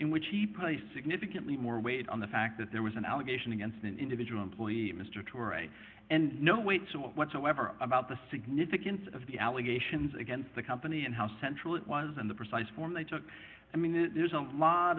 in which he placed significantly more weight on the fact that there was an allegation against an individual employee mr torres and no weight whatsoever about the significance of the allegations against the company and how central it was and the precise form they took i mean there's a lot